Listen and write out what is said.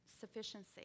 sufficiency